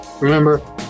Remember